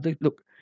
look